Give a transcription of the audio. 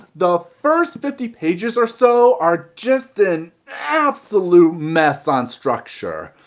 the first fifty pages or so are just an absolute mess on structure.